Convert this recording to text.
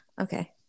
Okay